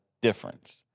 difference